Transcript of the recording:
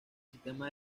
sistema